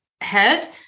head